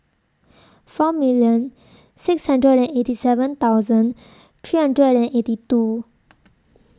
four million six hundred and eighty seven thousand three hundred and eighty two